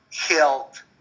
health